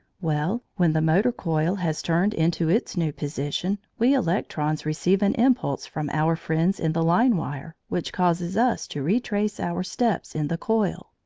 well, when the motor coil has turned into its new position, we electrons receive an impulse from our friends in the line-wire which causes us to retrace our steps in the coil.